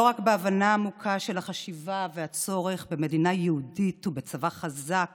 לא רק בהבנה עמוקה של החשיבות והצורך במדינה יהודית ובצבא חזק